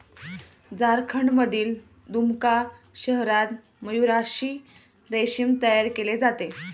झारखंडमधील दुमका शहरात मयूराक्षी रेशीम तयार केले जाते